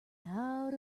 out